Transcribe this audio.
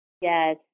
Yes